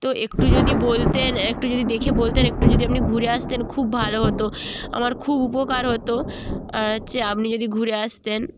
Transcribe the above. তো একটু যদি বলতেন একটু যদি দেখে বলতেন একটু যদি আপনি ঘুরে আসতেন খুব ভালো হতো আমার খুব উপকার হতো হচ্ছে আপনি যদি ঘুরে আসতেন